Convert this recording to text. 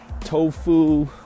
tofu